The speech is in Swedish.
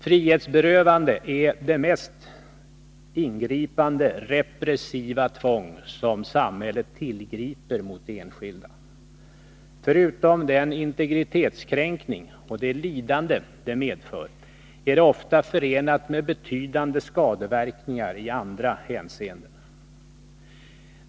Frihetsberövande är det mest ingripande repressiva tvång som samhället tillgriper mot enskilda. Förutom den integritetskränkning och det lidande det medför är det ofta förenat med betydande skadeverkningar i andra hänseenden.